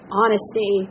honesty